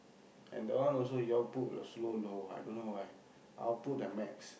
and that one also you all put so low I don't know why I'll put at max